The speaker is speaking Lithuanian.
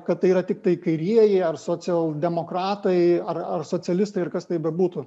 kad tai yra tiktai kairieji socialdemokratai ar ar socialistai ir kas tai bebūtų